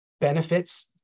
benefits